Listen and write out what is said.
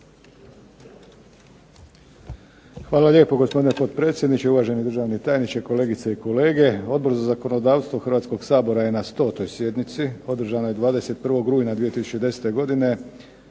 Hvala lijepo gospodine potpredsjedniče, uvaženi državni tajniče, kolegice i kolege. Odbor za zakonodavstvo Hrvatskog sabora je na 100. sjednici održanoj 21. rujna 2010. godine